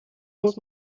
muss